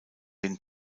den